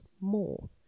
more